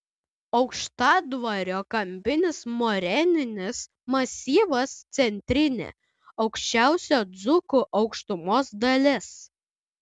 aukštadvario kampinis moreninis masyvas centrinė aukščiausia dzūkų aukštumos dalis